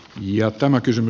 ja tämä kysyi